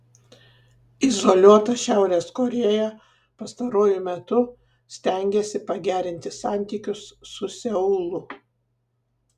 izoliuota šiaurės korėja pastaruoju metu stengiasi pagerinti santykius su seulu